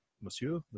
monsieur